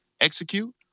execute